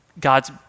God's